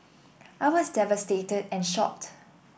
I was devastated and shocked